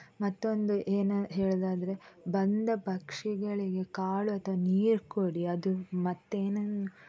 ಮತ್ತೊಂದು ಏನು ಹೇಳುವುದಾದ್ರೆ ಬಂದ ಪಕ್ಷಿಗಳಿಗೆ ಕಾಳು ಅಥವಾ ನೀರು ಕೊಡಿ ಅದು ಮತ್ತೇನನ್ನು